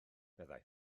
meddai